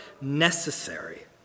necessary